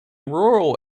rural